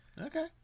Okay